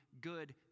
good